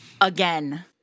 again